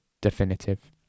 definitive